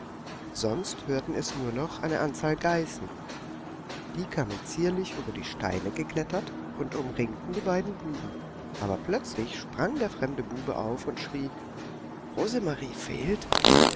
sonst hörten es nur noch eine anzahl geißen die kamen zierlich über die steine geklettert und umringten die beiden buben aber plötzlich sprang der fremde bube auf und schrie rosemarie fehlt